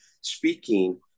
speaking